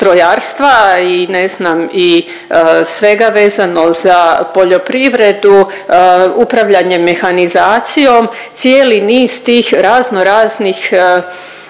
znam i svega vezano za poljoprivredu, upravljanje mehanizacijom, cijeli niz tih raznoraznih